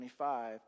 25